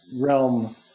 realm